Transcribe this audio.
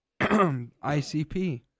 ICP